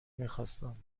میخواستم